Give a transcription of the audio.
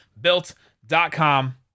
Built.com